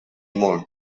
more